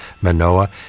Manoa